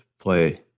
play